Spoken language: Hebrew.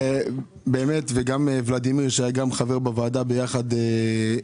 גם ולדימיר שהיה גם חבר בוועדה, ביחד קידמנו.